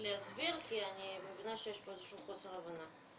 להסביר, כי אני מבינה שיש פה איזה חוסר הבנה.